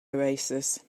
oasis